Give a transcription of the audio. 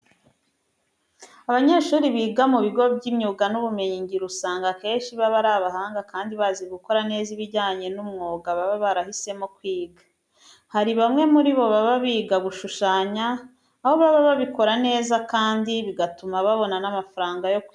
Abanyeshuri biga mu bigo by'imyuga n'ubumenyingiro usanga akenshi baba ari abahanga kandi bazi gukora neza ibijyanye n'umwuga baba barahisemo kwiga. Hari bamwe muri bo baba biga gushushanya, aho baba babikora neza kandi bigatuma babona n'amafaranga yo kwibeshaho.